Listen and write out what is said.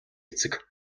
эцэг